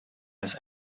als